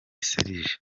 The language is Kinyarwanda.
serge